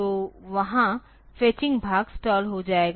तो वहाँ फेचिंग भाग स्टाल हो जाएगा